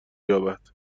یابد